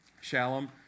Shalom